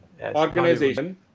organization